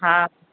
हा